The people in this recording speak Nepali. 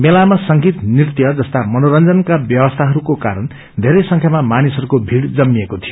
मेलामा संगीत नृत्य जस्ता मनोरंजनका व्यवस्थाहरूको कारण घेरै संख्यामा मानिसहरूको भीड़ जमिएको थियो